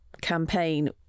campaign